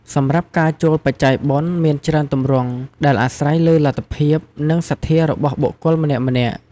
សម្រាប់ការចូលបច្ច័យបុណ្យមានច្រើនទម្រង់ ដែលអាស្រ័យលើលទ្ធភាព និងសទ្ធារបស់បុគ្គលម្នាក់ៗ។